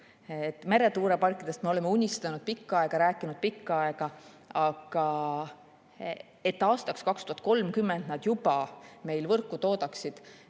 Meretuuleparkidest me oleme unistanud pikka aega, oleme rääkinud pikka aega, aga et aastaks 2030 nad juba meil võrku toodaksid,